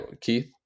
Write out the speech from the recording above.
Keith